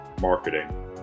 marketing